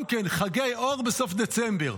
גם כן, חגי אור בסוף דצמבר.